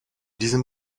diesem